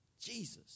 Jesus